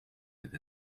with